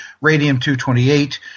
radium-228